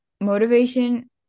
motivation